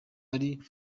ari